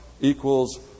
equals